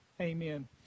Amen